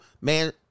man